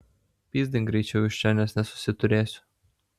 pyzdink greičiau iš čia nes nesusiturėsiu